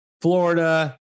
Florida